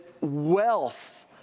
wealth